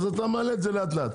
אתה מעלה את זה לאט-לאט.